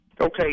Okay